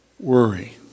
worry